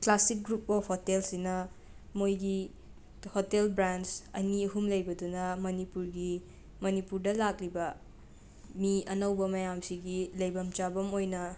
classic Group of ꯍꯣꯇꯦꯜꯁꯤꯅ ꯃꯣꯏꯒꯤ hotel branch ꯑꯅꯤ ꯑꯍꯨꯝ ꯂꯩꯕꯗꯨꯅ ꯃꯅꯤꯄꯨꯔꯒꯤ ꯃꯅꯤꯄꯨꯔꯗ ꯂꯥꯛꯂꯤꯕ ꯃꯤ ꯑꯅꯧꯕ ꯃꯌꯥꯝꯁꯤꯒꯤ ꯂꯩꯕꯝ ꯆꯥꯕꯝ ꯑꯣꯏꯅ